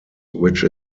which